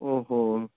اوہو